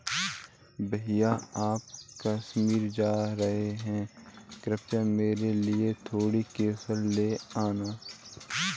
भैया आप कश्मीर जा रहे हैं कृपया मेरे लिए थोड़ा केसर ले आना